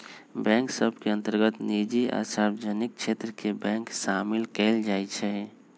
bank सभ के अंतर्गत निजी आ सार्वजनिक क्षेत्र के बैंक सामिल कयल जाइ छइ